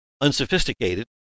unsophisticated